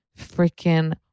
freaking